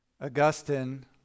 Augustine